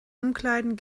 umkleiden